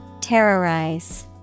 Terrorize